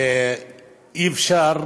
אי-אפשר,